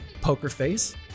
Pokerface